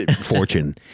fortune